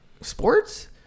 sports